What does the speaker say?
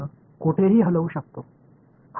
இந்த பையனின் பண்பு என்ன